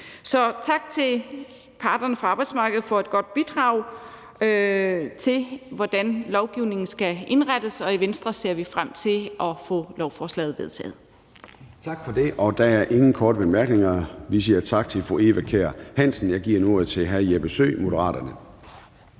Så tak til parterne fra arbejdsmarkedet for et godt bidrag til, hvordan lovgivningen skal indrettes. I Venstre ser vi frem til at få lovforslaget vedtaget. Kl. 11:10 Formanden (Søren Gade): Tak for det. Der er ingen korte bemærkninger. Vi siger tak til fru Eva Kjer Hansen. Jeg giver nu ordet til hr. Jeppe Søe, Moderaterne.